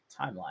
timeline